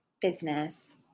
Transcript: business